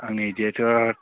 आंनि बायदिबाथ'